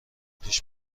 پیش